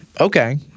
Okay